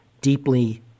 deeply